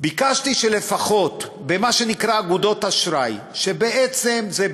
ביקשתי שלפחות במה שנקרא אגודות אשראי שבעצם זה בנקים,